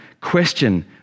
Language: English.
question